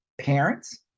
Parents